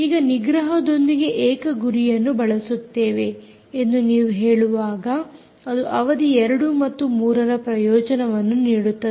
ಈಗ ನಿಗ್ರಹದೊಂದಿಗೆ ಏಕ ಗುರಿಯನ್ನು ಬಳಸುತ್ತೇವೆ ಎಂದು ನೀವು ಹೇಳುವಾಗ ಅದು ಅವಧಿ 2 ಮತ್ತು 3 ರ ಪ್ರಯೋಜನವನ್ನು ನೀಡುತ್ತದೆ